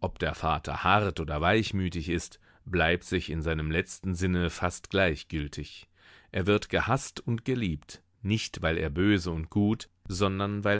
ob der vater hart oder weichmütig ist bleibt sich in einem letzten sinne fast gleichgültig er wird gehaßt und geliebt nicht weil er böse und gut sondern